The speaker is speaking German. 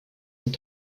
und